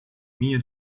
minha